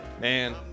Man